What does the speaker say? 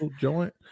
joint